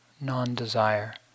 Non-desire